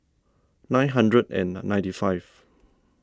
nine hundred and ninety five